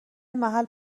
محل